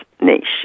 niche